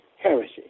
Heresy